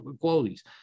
qualities